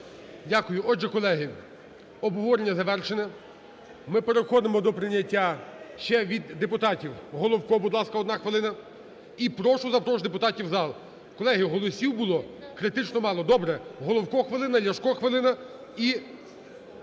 Дякую. Отже, колеги, обговорення завершене. Ми переходимо до прийняття… Ще від депутатів. Головко, будь ласка, 1 хвилина. І прошу запрошувати депутатів в зал. Колеги, голосів було критично мало. Добре, Головко – хвилина, Ляшко – хвилина. І